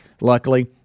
luckily